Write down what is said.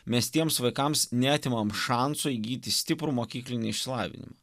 mes tiems vaikams neatimam šansų įgyti stiprų mokyklinį išsilavinimą